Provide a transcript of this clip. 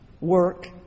work